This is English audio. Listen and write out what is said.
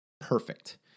perfect